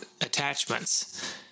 attachments